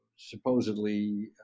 supposedly